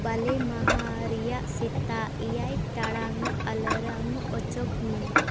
ᱵᱟᱞᱮ ᱢᱟᱦᱟ ᱨᱮᱭᱟᱜ ᱮᱭᱟᱭ ᱴᱟᱲᱟᱝ ᱮᱞᱟᱨᱟᱢ ᱚᱪᱚᱜᱽᱢᱮ